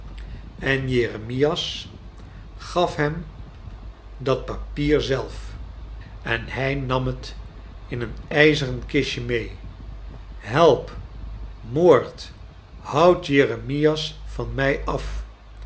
en jeremias gaf hem dat ohaeles dickens papier zelf en bij nam het in een ijzeren kistje mee help moord j houdt jeremias van rnij at